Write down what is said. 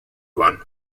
one